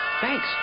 Thanks